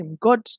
God